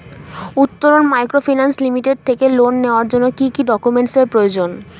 Uttaran microfinance limited থেকে loan নেওয়ার জন্য কি কি ডকুমেন্টস এর প্রয়োজন?